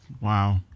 Wow